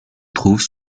trouvent